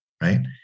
right